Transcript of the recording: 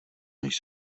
než